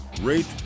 rate